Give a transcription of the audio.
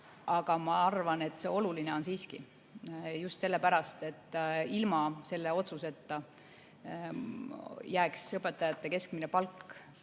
Aga ma arvan, et oluline on see siiski. Just sellepärast, et ilma selle otsuseta jääks õpetajate keskmine palk